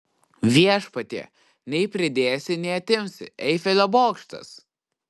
viešpatie nei pridėsi nei atimsi eifelio bokštas